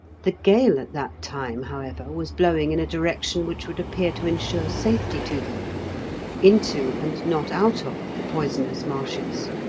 the gale at that time, however, was blowing in a direction which would appear to ensure safety to them into, and not out of, the poisonous marshes.